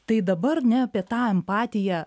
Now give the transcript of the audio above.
tai dabar ne apie tą empatiją